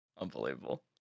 Unbelievable